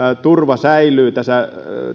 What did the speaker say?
turva säilyy tässä